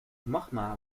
magma